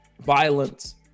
violence